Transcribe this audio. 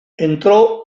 entrò